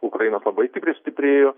ukrainos labai stipriai stiprėjo